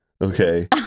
Okay